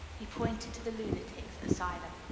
he pointed to the lunatic asylum.